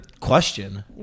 question